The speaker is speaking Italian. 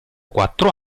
quattro